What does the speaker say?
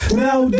now